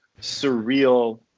surreal